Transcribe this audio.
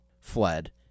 fled